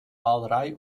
malerei